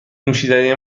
نوشیدنی